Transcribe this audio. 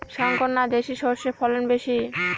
শংকর না দেশি সরষের ফলন বেশী?